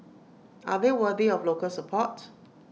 are they worthy of local support